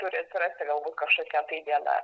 turi atsirasti galbūt kažkokia tai diena